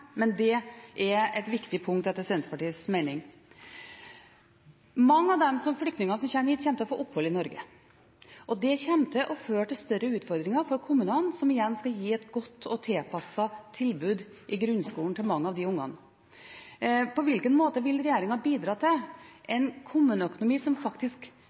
men det er et viktig punkt, etter Senterpartiets mening. Mange av flyktningene som kommer hit, kommer til å få opphold i Norge. Det kommer til å føre til større utfordringer for kommunene, som igjen skal gi et godt og tilpasset tilbud i grunnskolen til mange av de ungene. På hvilken måte vil regjeringen bidra til en kommuneøkonomi som faktisk